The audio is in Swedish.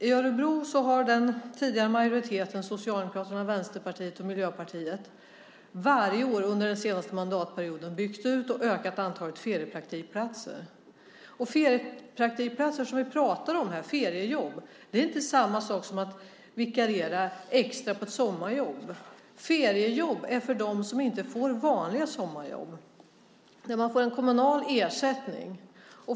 I Örebro har den tidigare majoriteten - Socialdemokraterna, Vänsterpartiet och Miljöpartiet - varje år under den senaste mandatperioden byggt ut och ökat antalet feriepraktikplatser. Feriepraktikplatser som vi pratar om här är inte att vikariera extra på ett sommarjobb. Feriejobb är för dem som inte får vanliga sommarjobb. Man får en kommunal ersättning.